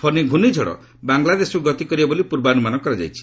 ଫନୀ ପ୍ରର୍ଷ୍ଣିଝଡ଼ ବାଂଲାଦେଶକୁ ଗତି କରିବ ବୋଲି ପୂର୍ବାନୁମାନ କରାଯାଇଛି